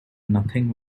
nothing